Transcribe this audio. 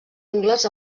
ungles